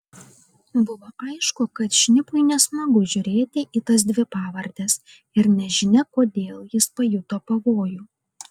buvo aišku kad šnipui nesmagu žiūrėti į tas dvi pavardes ir nežinia kodėl jis pajuto pavojų